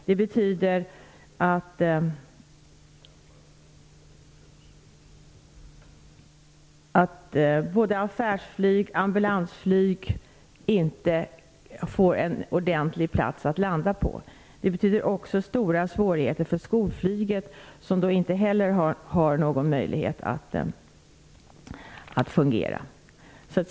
Det betyder att varken affärsflyg eller ambulansflyg får en ordentlig plats att landa på. Det betyder också stora svårigheter för skolflyget, som då inte heller har någon möjlighet att fungera.